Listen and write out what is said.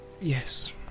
Yes